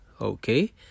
okay